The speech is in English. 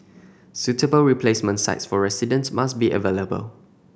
suitable replacement sites for residents must be available